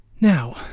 now